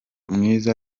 mwiza